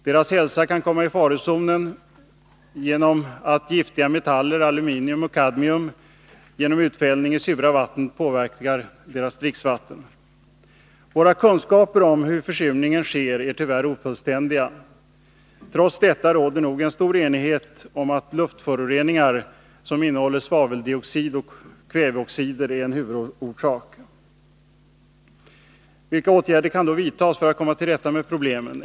Deras hälsa kan komma i farozonen genom att giftiga metaller, aluminium och kadmium, genom utfällning i sura vatten påverkar dricksvattnet. Våra kunskaper om hur försurningen sker är tyvärr ofullständiga. Trots detta råder nog en stor enighet om att luftföroreningar som innehåller svaveldioxid och kväveoxider är en huvudorsak. Vilka åtgärder kan då vidtagas för att vi skall komma till rätta med problemet?